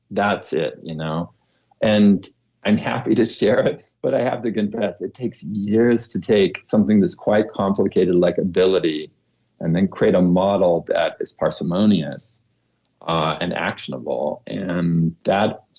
that's it. i'm you know and and happy to share it, but i have the gun pass. it takes years to take something that's quite complicated, like ability and then create a model that is parsimonious and actionable. and that,